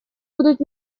будут